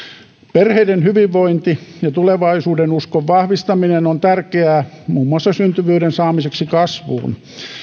perheiden hyvinvointi ja tulevaisuudenuskon vahvistaminen on tärkeää muun muassa syntyvyyden saamiseksi kasvuun